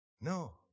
No